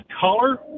color